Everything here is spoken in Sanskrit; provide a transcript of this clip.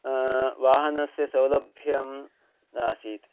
वाहनस्य सौलभ्यं नासीत्